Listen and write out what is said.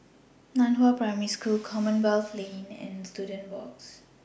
NAN Hua Primary School Commonwealth Lane and Students Walk